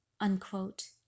unquote